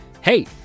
hey